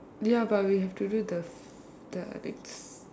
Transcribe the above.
ya but we have to do the the next